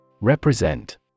Represent